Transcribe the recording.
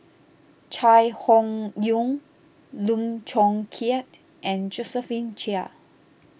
Chai Hon Yoong Lim Chong Keat and Josephine Chia